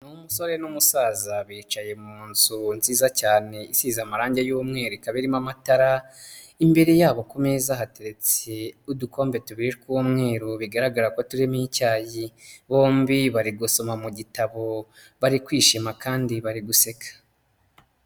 Umusore n'umusaza bicaye mu nzu nziza cyane isize amarangi y'umweru ikaba irimo amatara imbere yabo ku meza haretse uudukombe tubiri tw'umweru bigaragara ko turimo icyayi bombi bari gusoma mu gitabo bari kwishima kandi bari guseka.